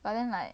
but then like